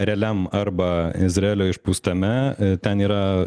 realiam arba izraelio išpūstame ten yra